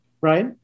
Right